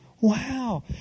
Wow